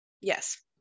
Yes